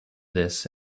this